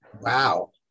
Wow